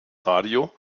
radio